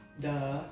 Duh